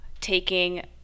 taking